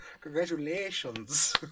congratulations